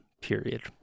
Period